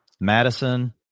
Madison